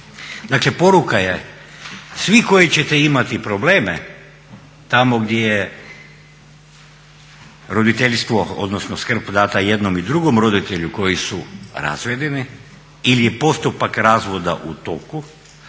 Dakle, poruka je svi koji ćete imati probleme tamo gdje roditeljstvo, odnosno skrb dana jednom i drugom roditelju koji su razvedeni ili je postupak razvoda u toku